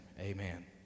amen